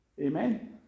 Amen